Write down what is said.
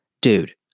Dude